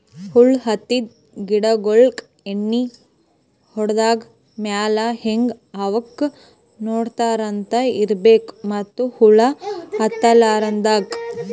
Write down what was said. ಹುಳ ಹತ್ತಿದ್ ಗಿಡಗೋಳಿಗ್ ಎಣ್ಣಿ ಹೊಡದ್ ಮ್ಯಾಲ್ ಹಂಗೆ ಅವಕ್ಕ್ ನೋಡ್ಕೊಂತ್ ಇರ್ಬೆಕ್ ಮತ್ತ್ ಹುಳ ಹತ್ತಲಾರದಂಗ್